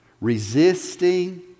resisting